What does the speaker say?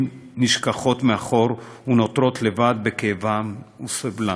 נשכחות מאחור ונותרות לבד בכאבן ובסבלן.